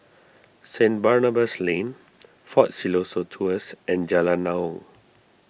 St Barnabas Lane fort Siloso Tours and Jalan Naung